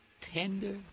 Tender